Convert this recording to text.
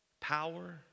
power